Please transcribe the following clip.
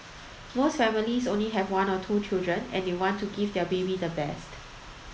most families only have one or two children and they want to give their baby the best